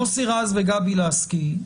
מוסי רז וגבי לסקי,